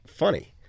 Funny